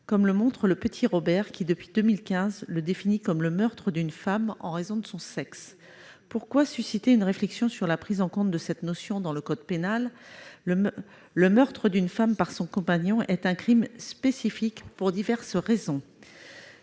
comme le montre le, qui, depuis 2015, le définit comme « le meurtre d'une femme en raison de son sexe ». Pourquoi susciter une réflexion sur la prise en compte de cette notion dans le code pénal ? Le meurtre d'une femme par son compagnon est un crime spécifique pour diverses raisons.